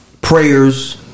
Prayers